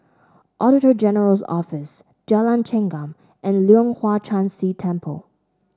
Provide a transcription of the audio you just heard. Auditor General's Office Jalan Chengam and Leong Hwa Chan Si Temple